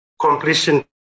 completion